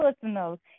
personal